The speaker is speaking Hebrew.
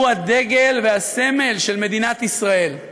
הוא הדגל והסמל של מדינת ישראל.